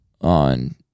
on